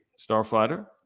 Starfighter